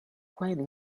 quite